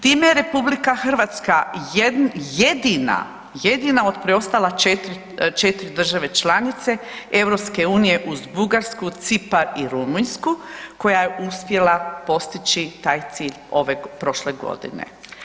Time je RH jedina, jedina od preostala 4 države članice EU uz Bugarsku, Cipak i Rumunjsku koja je uspjela postići taj cilj ove prošle godine.